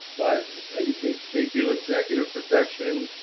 but they do executive protection,